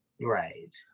Right